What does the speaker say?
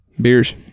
beers